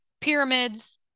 pyramids